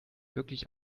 wirklich